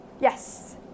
Yes